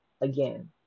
Again